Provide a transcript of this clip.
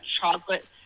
chocolate